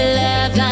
love